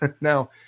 Now